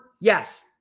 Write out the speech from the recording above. yes